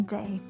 Day